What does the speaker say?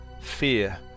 fear